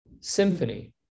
Symphony